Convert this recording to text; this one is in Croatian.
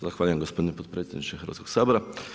Zahvaljujem gospodine potpredsjedniče Hrvatskog sabora.